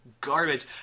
garbage